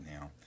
now